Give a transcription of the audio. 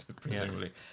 Presumably